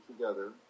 together